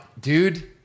Dude